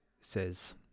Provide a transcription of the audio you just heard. says